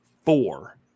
four